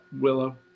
Willow